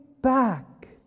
back